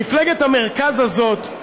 מפלגת המרכז הזאת,